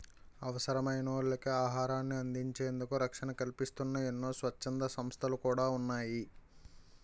అవసరమైనోళ్ళకి ఆహారాన్ని అందించేందుకు రక్షణ కల్పిస్తూన్న ఎన్నో స్వచ్ఛంద సంస్థలు కూడా ఉన్నాయి